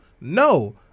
No